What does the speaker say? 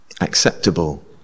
acceptable